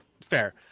fair